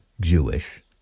Jewish